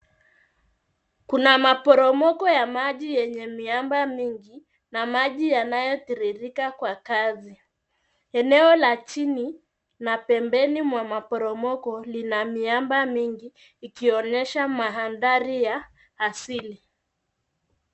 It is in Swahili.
Kuna maporomoko ya maji yenye miamba mingi na maji yanayotiririka kwa kasi. Eneo la chini na pembeni mwa maporomoko lina miamba mingi ikionyesha mandhari ya asili.